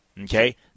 okay